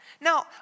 Now